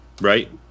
right